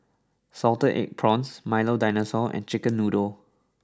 Salted Egg Prawns Milo Dinosaur and Chicken Noodles